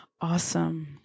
awesome